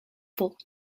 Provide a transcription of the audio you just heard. folk